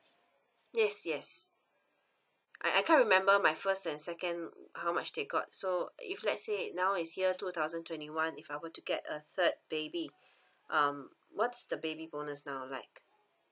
yes yes I I can't remember my first and second how much they got so if let's say now is year two thousand twenty one if I want to get a third baby um what's the baby bonus now like